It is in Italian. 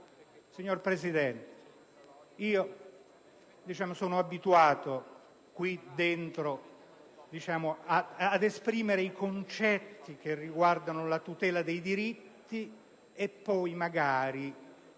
Signor Presidente, io sono abituato in quest'Aula a esprimere i concetti riguardanti la tutela dei diritti. Poi, magari,